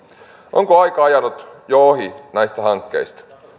onko aika ajanut jo ohi näistä hankkeista